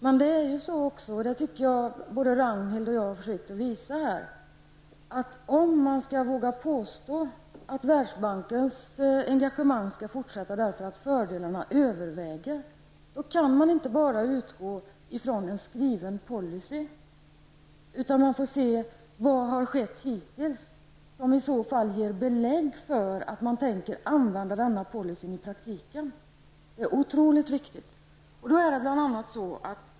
Men det är ju så, och det tycker jag att både Ragnhild Pohanka och jag har försökt att visa här, att om man skall våga påstå att Världsbankens engagemang skall fortsätta därför att fördelarna överväger, kan man inte bara utgå ifrån en skriven policy, utan man får se på vad som har skett hittills och om detta ger belägg för att man tänker använda denna policy i praktiken. Det är oerhört viktigt.